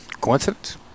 Coincidence